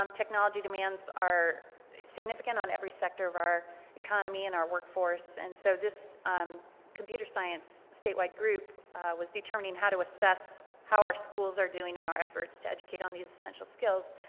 um technology demands are significant on every sector of our economy and workforce, and so this um computer science statewide group was determining how to assess how our schools are doing in our efforts to educate on these essential schools.